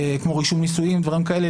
כמו רישום נישואים ודברים כאלה,